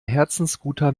herzensguter